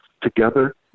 together